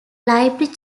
library